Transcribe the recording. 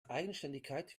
eigenständigkeit